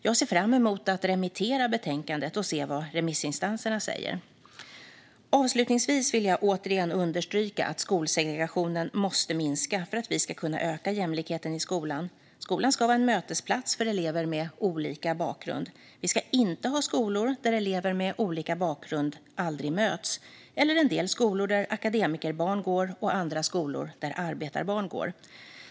Jag ser fram emot att remittera betänkandet och se vad remissinstanserna säger. Avslutningsvis vill jag återigen understryka att skolsegrationen måste minska för att vi ska kunna öka jämlikheten i skolan. Skolan ska vara en mötesplats för elever med olika bakgrund. Vi ska inte ha skolor där elever med olika bakgrund aldrig möts eller en del skolor där akademikerbarn går och andra skolor där arbetarbarn går.